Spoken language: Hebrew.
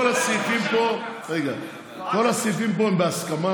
כל הסעיפים פה הם בהסכמה